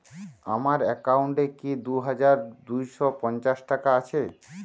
আমার অ্যাকাউন্ট এ কি দুই হাজার দুই শ পঞ্চাশ টাকা আছে?